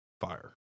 Fire